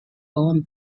own